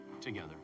together